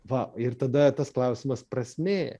va ir tada tas klausimas prasmė